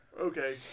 Okay